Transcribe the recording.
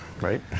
right